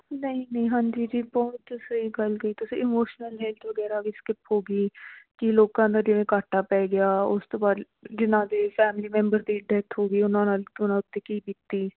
ਨਹੀਂ ਨਹੀਂ ਹਾਂਜੀ ਜੀ ਬਹੁਤ ਸਹੀ ਗੱਲ ਕਹੀ ਤੁਸੀਂ ਇਮੋਸ਼ਨਲ ਨੀਡਸ ਵਗੈਰਾ ਵੀ ਸਕਿਪ ਹੋ ਗਈ ਕਿ ਲੋਕਾਂ ਦਾ ਜਿਵੇਂ ਘਾਟਾ ਪੈ ਗਿਆ ਉਸ ਤੋਂ ਬਾਅਦ ਜਿਨਾਂ ਦੇ ਫੈਮਲੀ ਮੈਂਬਰ ਦੀ ਡੈੱਥ ਹੋ ਗਈ ਉਹਨਾਂ ਨਾਲ ਉਹਨਾਂ ਉੱਤੇ ਕੀ ਬੀਤੀ